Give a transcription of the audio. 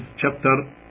chapter